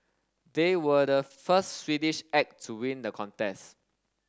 they were the first Swedish act to win the contest